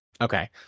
Okay